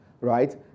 right